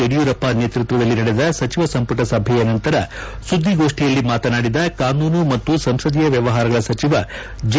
ಯಡಿಯೂರಪ್ಪ ನೇತೃತ್ವದಲ್ಲಿ ನಡೆದ ಸಚಿವ ಸಂಪುಟ ಸಭೆಯ ನಂತರ ಸುದ್ದಿಗೋಷ್ಠಿಯಲ್ಲಿ ಮಾತನಾಡಿದ ಕಾನೂನು ಮತ್ತು ಸಂಸದೀಯ ವ್ಯಮಾರಗಳ ಸಚಿವ ಜೆ